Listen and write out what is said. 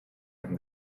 him